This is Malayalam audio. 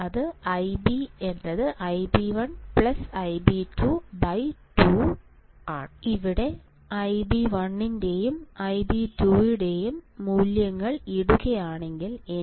ഫോർമുല വളരെ ലളിതമാണ് Ib | Ib1 Ib2 | 2